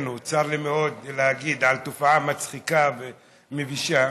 צר לי מאוד להגיד, תופעה מצחיקה ומבישה,